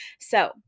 So-